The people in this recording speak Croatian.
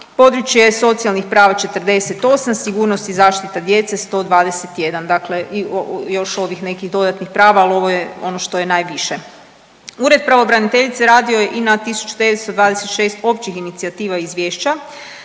područje socijalnih prava 48, sigurnost i zaštita djece 121. Dakle i još ovih nekih dodatnih prava, ali ovo je ono što je najviše. Ured pravobraniteljice radio je i na 1.926 općih inicijativa izvješća,